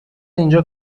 اینجا